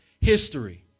history